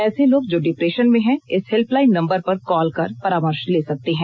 ऐसे लोग जो डिप्रेशन में हैं इस हेल्य लाइन नंबर पर कॉल कर परामर्श ले सकते हैं